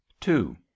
Two